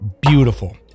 beautiful